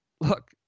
look